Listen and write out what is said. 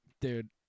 Dude